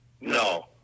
No